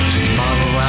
Tomorrow